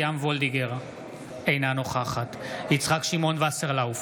אינה נוכחת יצחק שמעון וסרלאוף,